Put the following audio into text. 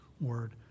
word